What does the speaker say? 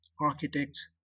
architects